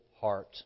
heart